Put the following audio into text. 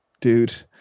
dude